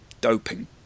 doping